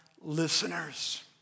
listeners